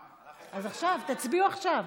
אז תצביעו עכשיו.